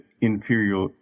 inferior